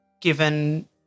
given